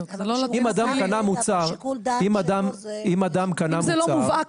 אם אדם קנה מוצר --- אם זה לא מובהק,